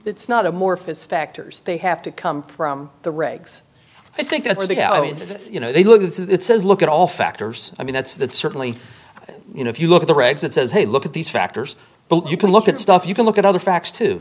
it's not a more fist factors they have to come from the regs i think that's a big i mean you know they look this is it says look at all factors i mean that's that certainly you know if you look at the regs it says hey look at these factors but you can look at stuff you can look at other facts to